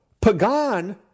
Pagan